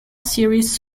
series